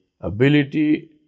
ability